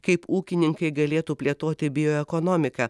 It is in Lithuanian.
kaip ūkininkai galėtų plėtoti bioekonomiką